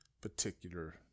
particular